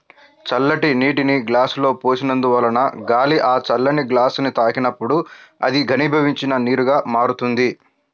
చల్లటి నీటిని గ్లాసులో పోసినందువలన గాలి ఆ చల్లని గ్లాసుని తాకినప్పుడు అది ఘనీభవించిన నీరుగా మారుతుంది